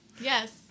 Yes